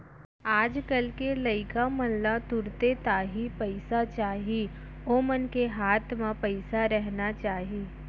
आज कल के लइका मन ला तुरते ताही पइसा चाही ओमन के हाथ म पइसा रहना चाही